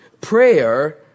Prayer